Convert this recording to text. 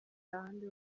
ahandi